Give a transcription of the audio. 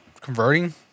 converting